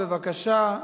בבקשה,